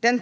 Den